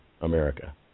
America